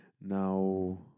Now